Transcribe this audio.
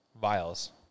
vials